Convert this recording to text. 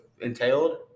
Entailed